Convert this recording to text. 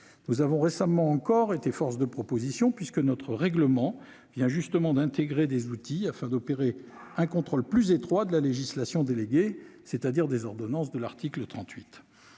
Nous avons récemment encore été force de proposition, puisque notre règlement vient d'intégrer des outils permettant d'opérer un contrôle plus étroit de la législation déléguée, c'est-à-dire des ordonnances de l'article 38.